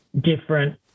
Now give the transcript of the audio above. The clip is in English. different